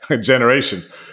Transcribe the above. generations